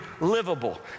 livable